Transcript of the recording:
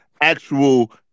actual